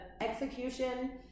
execution